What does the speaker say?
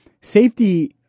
safety